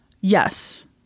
Yes